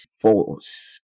Force